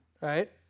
right